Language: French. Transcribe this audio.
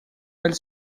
elle